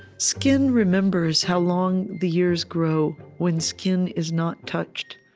skin remembers how long the years grow when skin is not touched,